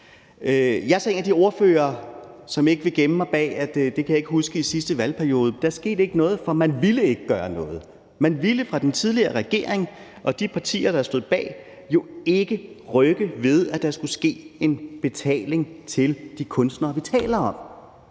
Jeg er så en af de ordførere, som ikke vil gemme mig bag, at det, der skete i sidste valgperiode, kan jeg ikke huske. Der skete ikke noget, for man ville ikke gøre noget. Man ville i den tidligere regering og de partier, der stod bag, jo ikke rykke ved, at der skulle ske en betaling til de kunstnere, vi taler om.